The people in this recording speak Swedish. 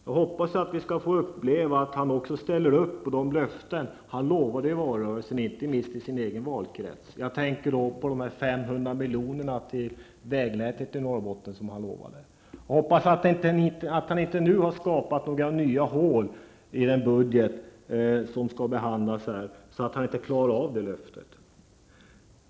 Jag hoppas att vi skall få uppleva att han också ställer upp när det gäller att infria de löften han gav i valrörelsen, inte minst i sin egen valkrets. Vad jag tänker på är de 500 miljonerna till vägnätet i Norrbotten som han lovade. Jag hoppas att han inte nu har skapat sådana nya hål i den budget som skall behandlas här att han inte kan infria det löftet.